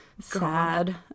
sad